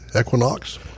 equinox